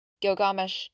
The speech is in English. Gilgamesh